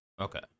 okay